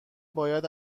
باید